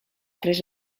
tres